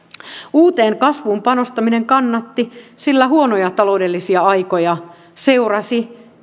uuteen kasvuun panostaminen kannatti sillä huonoja taloudellisia aikoja seurasi